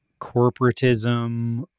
corporatism